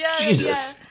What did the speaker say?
Jesus